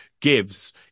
gives